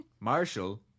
Marshall